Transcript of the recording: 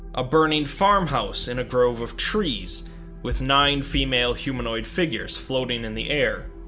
a burning farmhouse in a grove of trees with nine female humanoid figures floating in the air,